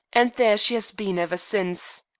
and there she has been ever since.